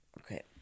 Okay